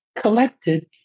collected